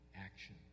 action